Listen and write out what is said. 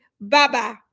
Bye-bye